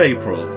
April